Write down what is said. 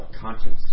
conscience